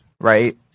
right